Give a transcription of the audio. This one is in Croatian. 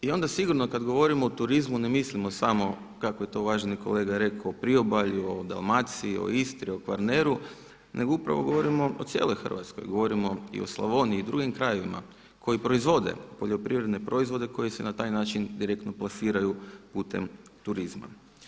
I onda sigurno kad govorimo o turizmu ne mislimo samo kako je to uvaženi kolega rekao u priobalju, o Dalmaciji, o Istri, o Kvarneru nego upravo govorimo o cijeloj Hrvatskoj, govorimo i o Slavoniji i drugim krajevima koji proizvode poljoprivredne proizvode koji se na taj način direktno plasiraju putem turizma.